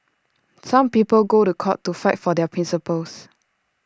some people go to court to fight for their principles